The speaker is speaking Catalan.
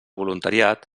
voluntariat